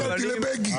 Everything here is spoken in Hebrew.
אז הסתכלתי לבגין.